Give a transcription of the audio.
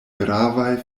gravaj